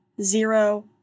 zero